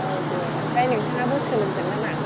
औ दे ओमफ्राय नोंथाङाबो सोलोंगोन नामा